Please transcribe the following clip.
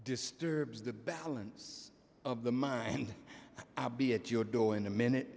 disturbs the balance of the mind i'll be at your door in a minute